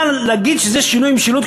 אבל להגיד שזה שינוי משילות,